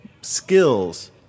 skills